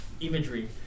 imagery